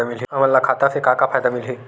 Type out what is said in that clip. हमन ला खाता से का का फ़ायदा मिलही?